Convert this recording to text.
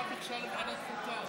אין מחלוקת.